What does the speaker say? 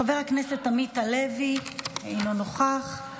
חבר הכנסת עמית הלוי, אינו נוכח,